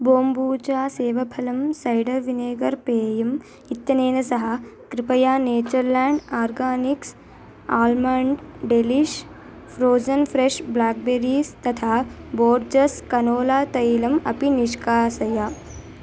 बोम्बूचा सेवफलं cider vinegar पेयम् इत्यनेन सह कृपया Nature Land Organics almond delish frozen fresh blackberries तथा बोर्जस् कनोला तैलम् अपि निष्कासय